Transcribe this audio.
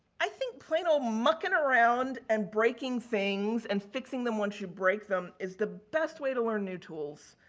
i think plain or mucking around and breaking things and fixing them once you break them is the best way to learn new tools.